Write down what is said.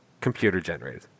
computer-generated